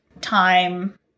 time